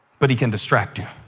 but he can distract you